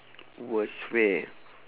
worst way